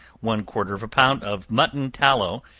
one-quarter of a pound of mutton tallow,